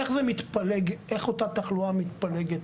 איך אותה תחלואה מתפלגת,